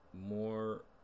More